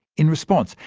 in response,